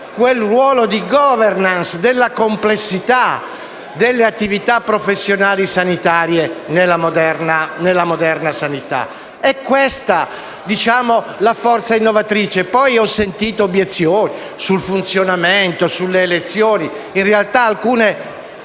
quel ruolo di *governance* della complessità delle attività professionali sanitarie nella moderna sanità. È questa la forza innovatrice. Ho sentito poi obiezioni sul funzionamento e sulle elezioni. In realtà, alcune